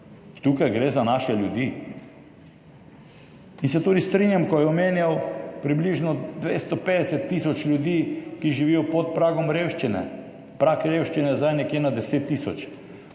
Tukaj gre za naše ljudi. In se tudi strinjam, ko je omenjal približno 250 tisoč ljudi, ki živijo pod pragom revščine. Prag revščine je zdaj nekje na 10 tisoč.